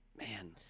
man